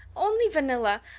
only vanilla.